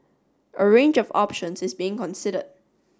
a range of options is being considered